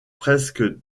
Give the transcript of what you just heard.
presque